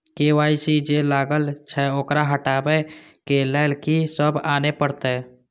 KYC जे लागल छै ओकरा हटाबै के लैल की सब आने परतै?